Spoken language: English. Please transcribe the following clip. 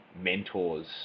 mentors